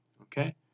Okay